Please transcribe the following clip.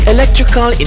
Electrical